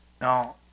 Now